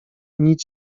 nic